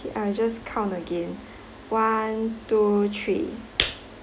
I'll just count again one two three